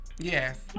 Yes